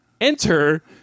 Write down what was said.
Enter